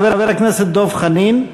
חבר הכנסת דב חנין,